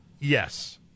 Yes